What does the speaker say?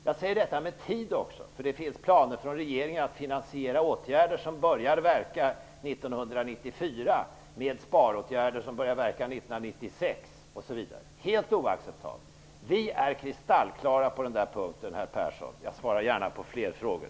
Jag nämner tiden, eftersom det finns planer från regeringen på att finansiera åtgärder som börjar gälla 1994 med sparåtgärder som i sin tur börjar gälla 1996 osv. Det är helt oacceptabelt. Vi är kristallklara på den punkten, herr Persson. Jag svarar gärna på fler frågor.